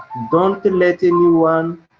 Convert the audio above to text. don't let anyone,